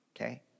okay